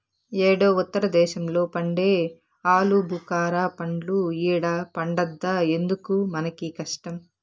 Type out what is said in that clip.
యేడో ఉత్తర దేశంలో పండే ఆలుబుకారా పండ్లు ఈడ పండద్దా ఎందుకు మనకీ కష్టం